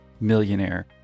MILLIONAIRE